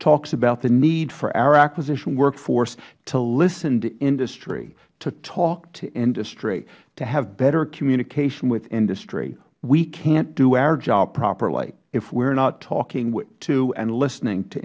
talks about the need for our acquisition workforce to listen to industry to talk to industry to have better communication with industry we cant do our job properly if we are not talking to and listening to